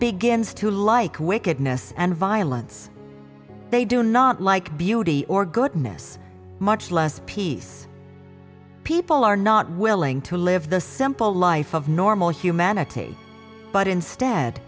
begins to like wickedness and violence they do not like beauty or goodness much less peace people are not willing to live the simple life of normal humanity but instead